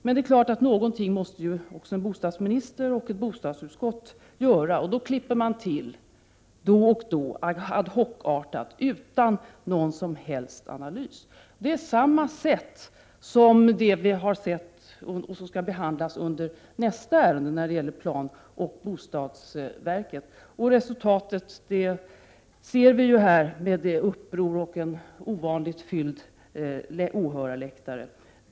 Men det är klart att en bostadsminister och ett bostadsutskott också måste göra någonting, varför man då och då klipper till — ad hoc-artat och utan någon som helst analys. Det sker på samma sätt som vi har sett tidigare och som sker när det gäller nästa ärende som skall behandlas, det som handlar om planoch bostadsverket. Och resultatet kan vi ju se här, med det uppror som det har lett till och med den i dag ovanligt välfyllda åhörarläktaren.